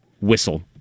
whistle